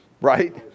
Right